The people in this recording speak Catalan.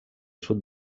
sud